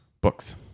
Books